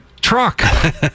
truck